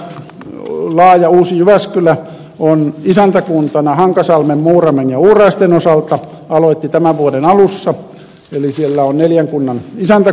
laaja uusi jyväskylä on isäntäkuntana hankasalmen muuramen ja uuraisten osalta aloitti tämän vuoden alussa eli siellä on neljän kunnan isäntäkuntayhteistyö